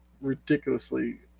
ridiculously